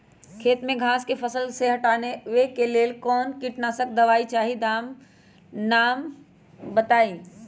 खेत में घास के फसल से हटावे के लेल कौन किटनाशक दवाई चाहि दवा का नाम बताआई?